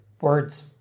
words